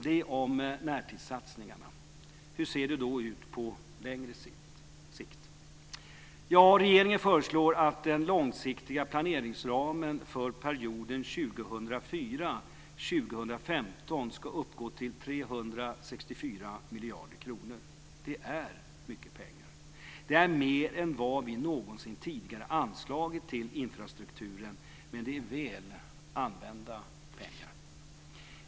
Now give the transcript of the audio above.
Detta om närtidssatsningarna. Hur ser det då ut på längre sikt? Regeringen föreslår att den långsiktiga planeringsramen för perioden 2004 2015 ska uppgå till 364 miljarder kronor. Det är mycket pengar. Det är mer än vad vi någonsin tidigare har anslagit till infrastrukturen. Men det är väl använda pengar.